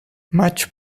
much